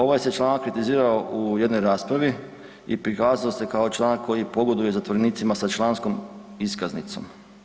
Ovaj se članak kritizirao u jednoj raspravi i prikazao se kao članak koji pogoduje zatvorenicima sa članskom iskaznicom.